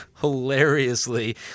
hilariously